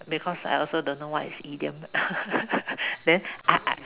because I also don't know what is idiom then I I